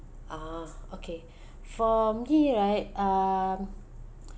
ah okay for me right um